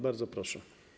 Bardzo proszę.